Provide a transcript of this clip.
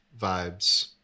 vibes